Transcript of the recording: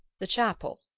the chapel,